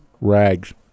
rags